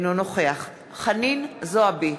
אינו נוכח חנין זועבי,